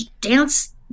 dance